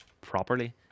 properly